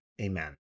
Amen